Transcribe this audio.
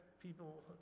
people